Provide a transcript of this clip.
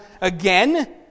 again